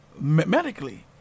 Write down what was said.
medically